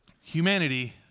humanity